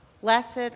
Blessed